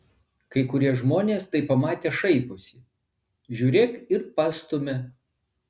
kai kurie žmonės tai pamatę šaiposi žiūrėk ir pastumia